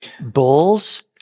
bulls